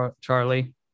Charlie